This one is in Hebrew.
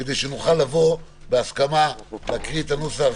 כדי שנוכל לבוא בהסכמה, להקריא את הנוסח.